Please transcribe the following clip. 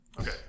Okay